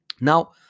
Now